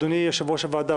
אדוני יושב-ראש הוועדה,